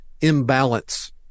imbalance